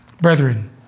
Brethren